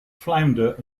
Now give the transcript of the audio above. flounder